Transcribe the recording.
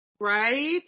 Right